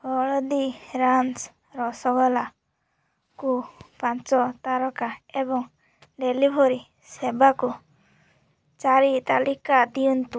ହଳଦୀରାମ୍ସ୍ ରସଗୋଲାକୁ ପାଞ୍ଚ ତାରକା ଏବଂ ଡେଲିଭରି ସେବାକୁ ଚାରି ତାଲିକା ଦିଅନ୍ତୁ